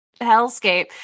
hellscape